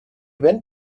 went